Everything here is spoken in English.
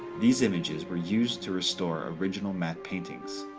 these images were used to restore original matte paintings,